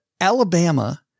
Alabama